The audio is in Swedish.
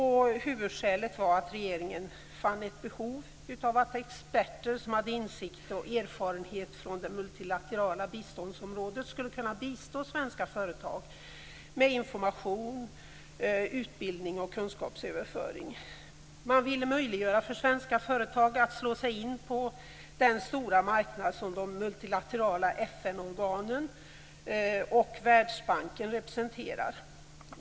Huvudskälet var att regeringen fann ett behov av att experter med insikt i och erfarenhet av det multilaterala biståndsområdet skulle kunna bistå svenska företag med information, utbildning och kunskapsöverföring. Man ville möjliggöra för svenska företag att slå sig in på den stora marknad som de multilaterala FN-organen och Världsbanken representerar.